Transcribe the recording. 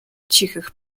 cichych